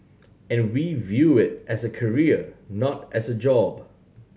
and we view it as a career not as a job